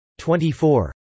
24